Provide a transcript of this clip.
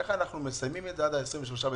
איך אנחנו מסיימים את זה עד ה-23 בדצמבר?